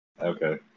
okay